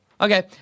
Okay